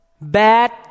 bad